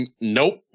Nope